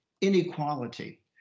inequality